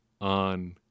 on